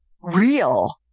real